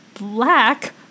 Black